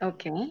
Okay